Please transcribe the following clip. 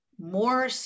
more